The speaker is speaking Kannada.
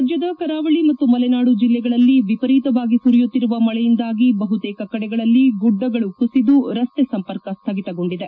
ರಾಜ್ಲದ ಕರಾವಳಿ ಮತ್ತು ಮಲೆನಾಡು ಜಿಲ್ಲೆಗಳಲ್ಲಿ ವಿಪರೀತವಾಗಿ ಸುರಿಯುತ್ತಿರುವ ಮಳೆಯಿಂದಾಗಿ ಬಹತೇಕ ಕಡೆಗಳಲ್ಲಿ ಗುಡ್ಡಗಳು ಕುಸಿದು ರಸ್ತೆ ಸಂಪರ್ಕ ಸ್ಥಗಿತಗೊಂಡಿದೆ